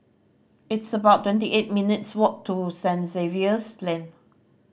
it's about twenty eight minutes' walk to Saint Xavier's Lane